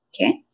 okay